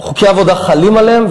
חוקי העבודה חלים עליהם,